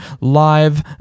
live